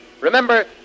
Remember